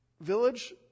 village